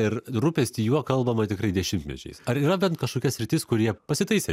ir rūpestį juo kalbama tikrai dešimtmečiais ar yra bent kažkokia sritis kur jie pasitaisė